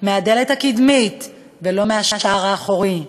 מהדלת הקדמית ולא מהשער האחורי.